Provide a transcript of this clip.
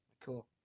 Cool